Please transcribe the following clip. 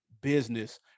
business